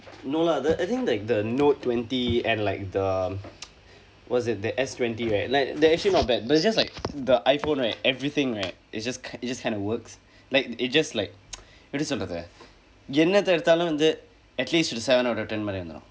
no lah the I think like the note twenty and like the was it the S twenty right like they're actually not bad but it's just like the iphone right everything right it's just it's just kind of works like it just like எப்படி சொல்றது என்னத்தை எடுத்தாலும் வந்து:eppadi solrathu ennatthai eduthaalum vandthu at least ஒரு:oru seven out of ten மாதிரி வந்துரும்:maathiri vandthurum